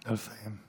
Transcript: נא לסיים.